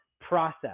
process